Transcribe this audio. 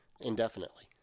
Indefinitely